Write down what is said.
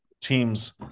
teams